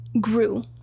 grew